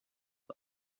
that